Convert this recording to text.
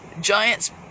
giants